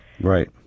right